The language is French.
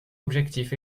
objectif